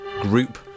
group